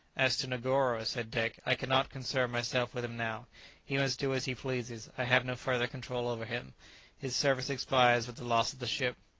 as to negoro, said dick, i cannot concern myself with him now he must do as he pleases i have no further control over him his service expires with the loss of the ship.